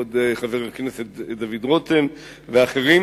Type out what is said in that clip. כבוד חבר הכנסת דוד רותם ואחרים.